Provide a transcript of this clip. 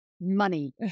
money